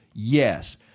Yes